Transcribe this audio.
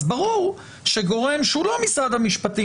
אז ברור שגורם שהוא לא משרד המשפטים,